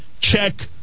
check